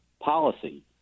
policy